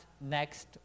next